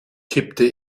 kippte